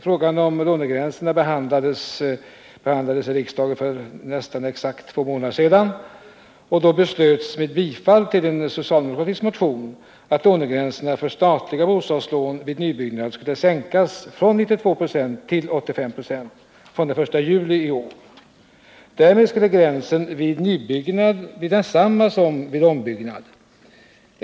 Frågan om lånegränserna behandlade riksdagen för nästan exakt två månader sedan, och då beslöts med bifall till en socialdemokratisk motion att lånegränsen för statliga bostadslån vid nybyggnad skulle sänkas från 92 2» till 85 26 från den 1 juli 1979. Därmed skulle gränsen vid nybyggnad bli densamma som vid ombyggnad.